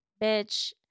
Bitch